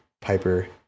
Piper